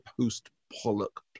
post-Pollock